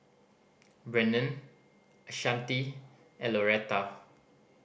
Brennen Ashanti and Loretta